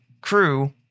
crew